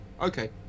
okay